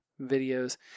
videos